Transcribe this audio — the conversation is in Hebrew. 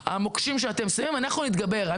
המוקשים שאתם שמים אנחנו נתגבר.